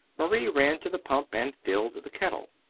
marie ran to the pump and filled the kettle.